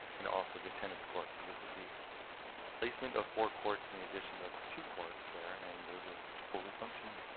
and also the tennis court so this is the placement of four courts in the addition of two courts there. and those are fully functioning.